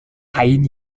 ein